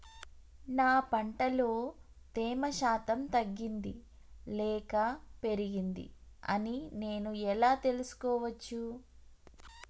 నా పంట లో తేమ శాతం తగ్గింది లేక పెరిగింది అని నేను ఎలా తెలుసుకోవచ్చు?